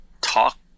talk